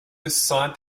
beside